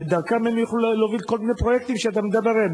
שדרכה הם יוכלו להוביל כל מיני פרויקטים כמו אלה שאתה מדבר עליהם.